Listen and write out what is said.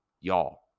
Y'all